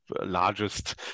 largest